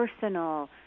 personal